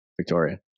Victoria